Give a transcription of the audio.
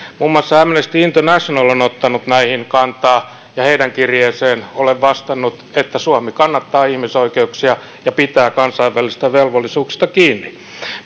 muun muassa amnesty international on ottanut näihin kantaa ja heidän kirjeeseensä olen vastannut että suomi kannattaa ihmisoikeuksia ja pitää kansainvälisistä velvollisuuksista kiinni